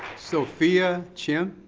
sophia chim?